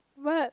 what